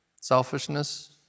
Selfishness